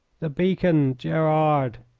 the beacon, gerard!